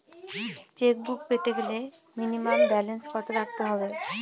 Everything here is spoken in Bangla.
চেকবুক পেতে গেলে মিনিমাম ব্যালেন্স কত রাখতে হবে?